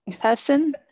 person